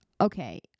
okay